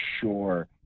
sure